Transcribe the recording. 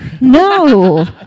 No